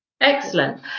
excellent